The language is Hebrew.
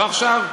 לא עכשיו?